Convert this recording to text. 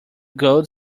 gold